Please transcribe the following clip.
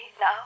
now